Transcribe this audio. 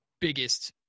biggest